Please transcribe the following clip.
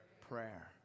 prayer